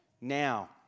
now